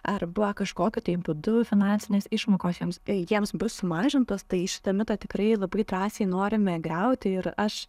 arba kažkokiu tai būdu finansinės išmokos jiems jiems bus sumažintos tai šitą mitą tikrai labai drąsiai norime griauti ir aš